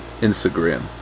Instagram